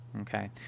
Okay